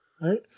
Right